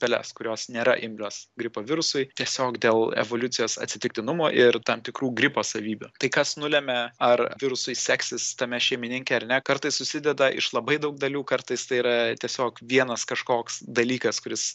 peles kurios nėra imlios gripo virusui tiesiog dėl evoliucijos atsitiktinumo ir tam tikrų gripo savybių tai kas nulemia ar virusui seksis tame šeimininke ar ne kartais susideda iš labai daug dalių kartais tai yra tiesiog vienas kažkoks dalykas kuris